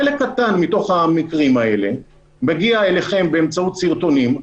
חלק קטן מתוך המקרים האלה מגיע אליכם באמצעות סרטונים,